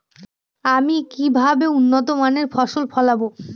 আমি কিভাবে উন্নত মানের ফসল ফলাবো?